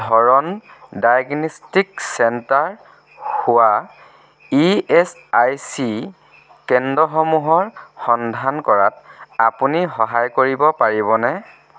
ধৰণ diagnostic centre হোৱা E S I C কেন্দ্ৰসমূহৰ সন্ধান কৰাত আপুনি সহায় কৰিব পাৰিবনে